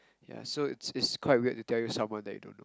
ya so is quite weird to tell you someone that you don't